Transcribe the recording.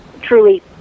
truly